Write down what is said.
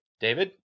David